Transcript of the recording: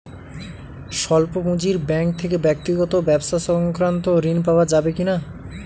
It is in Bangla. স্বল্প পুঁজির ব্যাঙ্ক থেকে ব্যক্তিগত ও ব্যবসা সংক্রান্ত ঋণ পাওয়া যাবে কিনা?